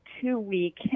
two-week